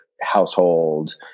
household